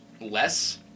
less